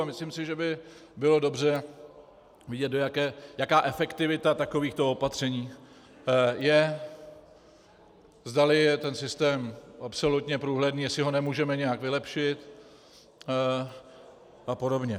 Myslím si, že by bylo dobře vědět, jaká efektivita takovýchto opatření je, zdali je ten systém absolutně průhledný, jestli ho nemůžeme nějak vylepšit apod.